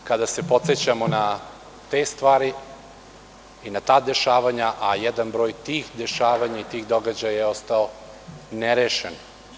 Loše je kada se podsećamo na te stvari i na ta dešavanja, a jedan broj tih dešavanja i tih događaja je ostao nerešen.